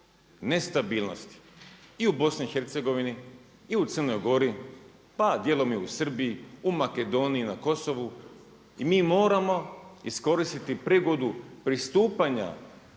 nestabilnosti i u BiH, i u Crnoj Gori pa i dijelom u Srbiji, u Makedoniji, na Kosovu i mi moramo iskoristiti prigodu pristupanja